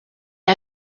are